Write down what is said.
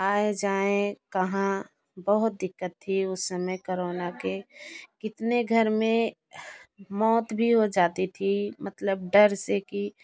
आएँ जाएँ कहाँ बहुत दिक़्क़त थी उस समय करोना के कितने घर में मौत भी हो जाती थी मतलब डर से कि